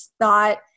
thought